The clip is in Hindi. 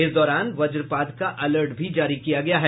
इस दौरान वज्रपात का अलर्ट भी जारी किया गया है